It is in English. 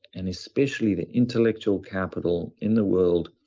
and especially the intellectual capital in the world,